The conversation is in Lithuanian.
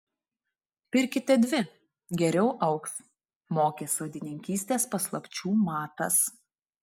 pirkite dvi geriau augs mokė sodininkystės paslapčių matas